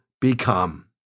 become